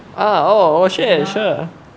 ah oh sure sure